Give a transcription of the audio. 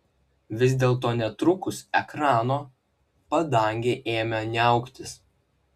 vis dėlto netrukus ekrano padangė ėmė niauktis